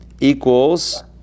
equals